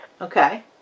Okay